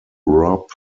robb